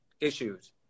issues